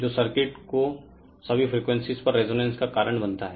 जो सर्किट को सभी फ्रीक्वेंसीज़ पर रेजोनेंस का कारण बनता है